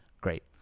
Great